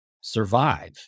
survive